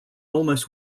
almost